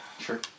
Sure